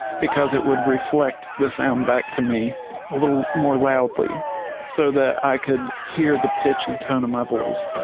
because it would reflect the sound back to me a little more loudly so that i could hear the pitch and tone of my voice